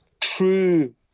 true